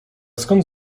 skąd